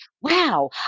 wow